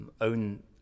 own